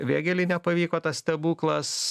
vėgėlei nepavyko tas stebuklas